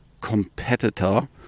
competitor